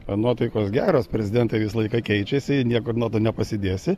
nuotaikos geros prezidentai visą laiką keičiasi i niekur nepasidėsi